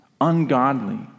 ungodly